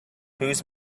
whose